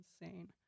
insane